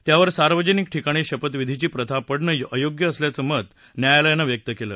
त्यावर सार्वजनिक ठिकाणी शपथविधीची प्रथा पडणं अयोग्य असल्याचं मत न्यायालयानं व्यक्त केलं